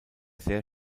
sehr